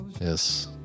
Yes